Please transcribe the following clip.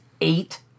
eight